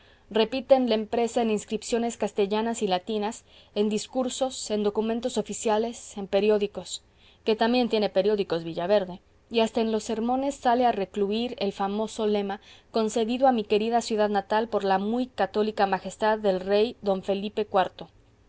repiten la empresa en inscripciones castellanas y latinas en discursos en documentos oficiales en periódicos que también tiene periódicos villaverde y hasta en los sermones sale a relucir el famoso lema concedido a mi querida ciudad natal por la muy católica majestad del rey don felipe